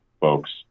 folks